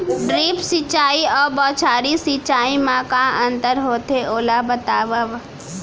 Drip सिंचाई अऊ बौछारी सिंचाई मा का अंतर होथे, ओला बतावव?